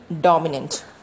dominant